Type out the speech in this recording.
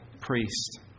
priest